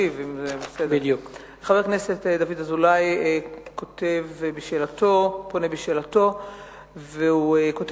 חבר הכנסת דוד אזולאי שאל את שרת התרבות והספורט